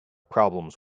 problems